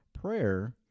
prayer